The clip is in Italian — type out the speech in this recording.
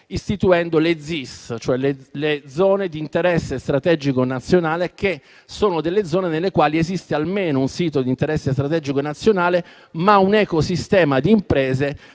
istituendo le zone di interesse strategico nazionale, che sono zone nelle quali esiste almeno un sito di interesse strategico nazionale, ma un ecosistema di imprese